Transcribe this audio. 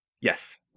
Yes